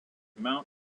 mount